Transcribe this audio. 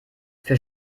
für